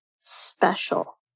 special